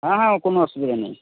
হ্যাঁ হ্যাঁ ও কোন অসুবিধা নেই